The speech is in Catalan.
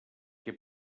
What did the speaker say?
què